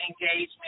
engagement